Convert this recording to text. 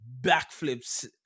backflips